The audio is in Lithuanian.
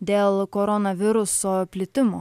dėl koronaviruso plitimo